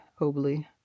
Hobley